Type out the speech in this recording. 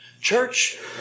Church